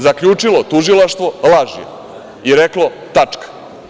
Zaključilo tužilaštvo da je laž i reklo – tačka.